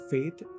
Faith